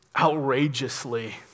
outrageously